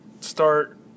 start